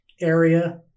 area